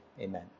amen